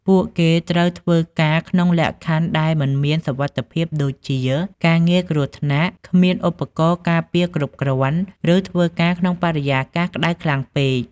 ពួកគេត្រូវធ្វើការក្នុងលក្ខខណ្ឌដែលមិនមានសុវត្ថិភាពដូចជាការងារគ្រោះថ្នាក់ គ្មានឧបករណ៍ការពារគ្រប់គ្រាន់ ឬធ្វើការក្នុងបរិយាកាសក្ដៅខ្លាំងពេក។